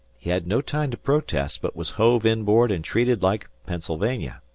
he had no time to protest, but was hove inboard and treated like pennsylvania.